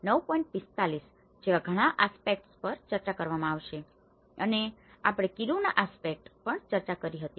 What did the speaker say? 45Ayutthaya 945 જેવા ઘણા aspects પર ચર્ચા કરવામાં આવશે અને આપણે કિરુના આસ્પેક્ટસ પર પણ ચર્ચા કરી હતી